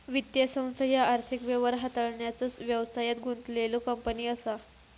वित्तीय संस्था ह्या आर्थिक व्यवहार हाताळण्याचा व्यवसायात गुंतलेल्यो कंपनी असा